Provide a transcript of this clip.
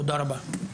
תודה רבה.